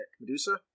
Medusa